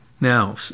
Now